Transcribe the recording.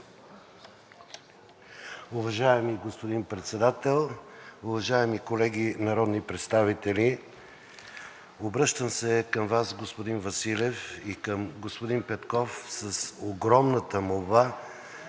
Уважаеми господин Председател, уважаеми колеги народни представители! Обръщам се към Вас, господин Василев, и към господин Петков с огромната молба